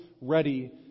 ready